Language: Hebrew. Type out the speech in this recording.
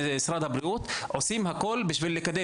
מבחינת משרד הבריאות אנחנו עושים הכול כדי לקדם